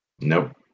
Nope